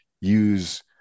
use